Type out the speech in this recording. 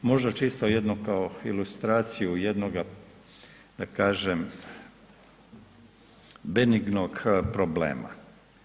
Možda čisto jedno kao ilustraciju jednoga da kažem, benignog problema.